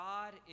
God